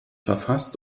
verfasst